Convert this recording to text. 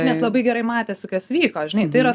nes labai gerai matėsi kas vyko žinai tai yra